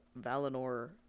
Valinor